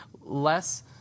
less